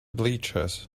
bleachers